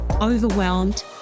overwhelmed